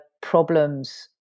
problems